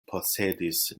posedis